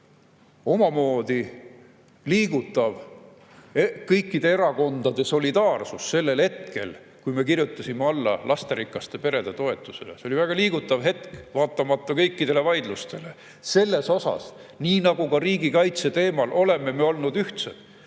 omamoodi liigutav kõikide erakondade solidaarsus hetkel, kui me kirjutasime alla lasterikaste perede toetusele –, oli väga liigutav vaatamata kõikidele vaidlustele. Selles osas, nii nagu ka riigikaitse teemal, oleme me olnud ühtsed,